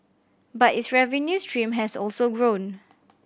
but its revenue stream has also grown